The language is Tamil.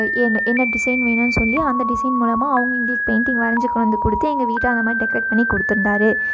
என் என்ன டிசைன் வேணும்ன்னு சொல்லி அந்த டிசைன் மூலமாக அவங்க எங்களுக்கு பெயிண்ட்டிங்கை வரைஞ்சி கொண்டாந்து கொடுத்து எங்கள் வீட்டை அந்த மாதிரி டெக்ரேட் பண்ணி கொடுத்துருந்தாரு